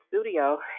studio